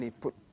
put